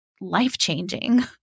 life-changing